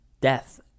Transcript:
Death